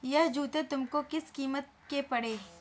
यह जूते तुमको किस कीमत के पड़े?